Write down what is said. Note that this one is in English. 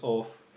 of